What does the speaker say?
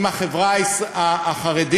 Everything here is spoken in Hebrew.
עם החברה החרדית,